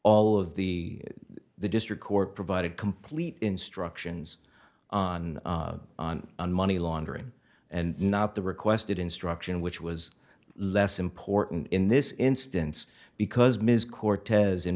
all of the the district court provided complete instructions on on money laundering and not the requested instruction which was less important in this it's because ms cortez